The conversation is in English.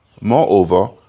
moreover